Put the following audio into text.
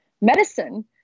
medicine